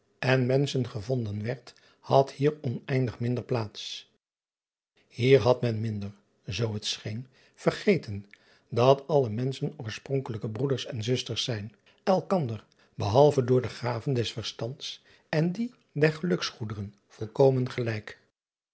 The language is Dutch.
en menschen gevonden werd had hier oneindig minder plaats ier had men minder zoo het scheen vergeten dat alle menschen oorspronkelijke broeders en zusters zijn elkander behalve door de gaven des verstands en die der geluksgoederen volkomen gelijk